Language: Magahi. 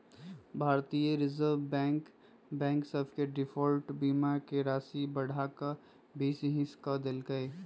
भारतीय रिजर्व बैंक बैंक सभ के डिफॉल्ट बीमा के राशि बढ़ा कऽ बीस हिस क देल्कै